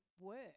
work